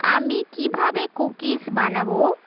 আমি কীভাবে কুকিস বানাবো